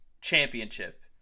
championship